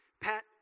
Pat